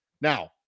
Now